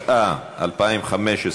התשע"ו 2015,